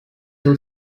two